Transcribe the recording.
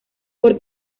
por